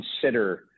consider